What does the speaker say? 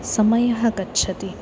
समयः गच्छति